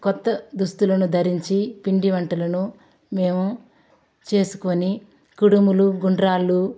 కొత్త దుస్తులను ధరించి పిండి వంటలను మేము చేసుకొని కుడుములు గుండ్రాలు